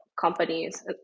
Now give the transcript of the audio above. companies